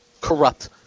corrupt